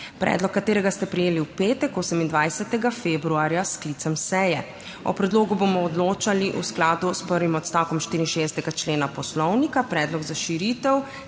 predlog katerega ste prejeli v petek, 28. februarja s sklicem seje. O predlogu bomo odločali v skladu s prvim odstavkom 64. člena Poslovnika. Predlog za širitev